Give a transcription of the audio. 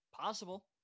possible